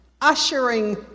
ushering